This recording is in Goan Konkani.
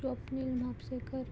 स्वप्नील म्हापसेकर